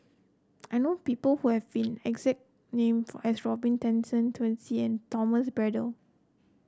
I know people who have fin exact name for as Robin Tessensohn Twisstii and Thomas Braddell